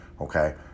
okay